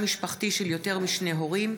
של יותר משני הורים),